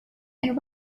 and